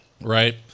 Right